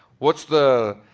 what's the.